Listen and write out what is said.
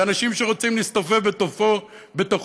ואנשים שרוצים להסתובב בתוכו,